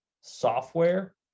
software